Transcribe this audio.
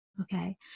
Okay